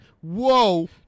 Whoa